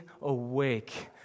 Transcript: awake